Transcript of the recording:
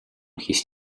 his